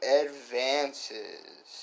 advances